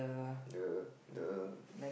the the